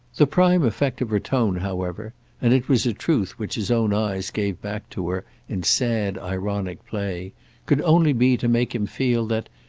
the prime effect of her tone, however and it was a truth which his own eyes gave back to her in sad ironic play could only be to make him feel that,